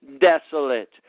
desolate